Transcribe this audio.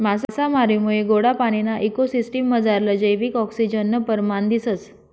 मासामारीमुये गोडा पाणीना इको सिसटिम मझारलं जैविक आक्सिजननं परमाण दिसंस